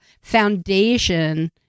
foundation